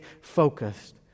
focused